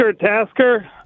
Tasker